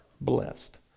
blessed